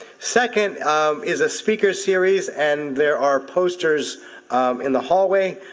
second um is a speaker series, and there are posters in the hallway.